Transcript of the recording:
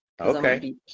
okay